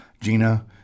Gina